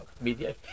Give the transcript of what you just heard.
media